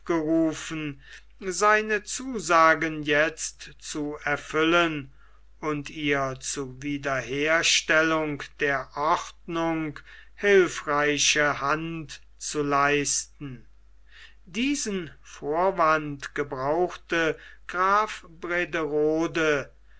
aufgerufen seine zusagen jetzt zu erfüllen und ihr zu wiederherstellung der ordnung hilfreiche hand zu leisten diesen vorwand gebrauchte